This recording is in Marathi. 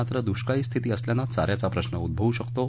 मात्र दृष्काळी स्थिती असल्यानं चाऱ्याचा प्रश्र उझवू शकतो